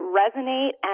resonate